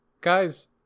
Guys